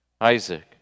Isaac